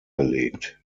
gelegt